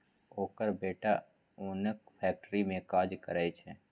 ओकर बेटा ओनक फैक्ट्री मे काज करय छै